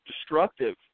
destructive